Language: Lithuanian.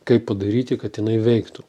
kaip padaryti kad jinai veiktų